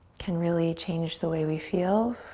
can really change the way we feel.